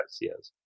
yes